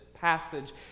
passage